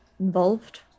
involved